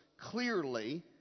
clearly